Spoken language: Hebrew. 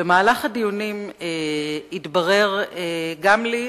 במהלך הדיונים התברר גם לי,